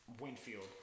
Winfield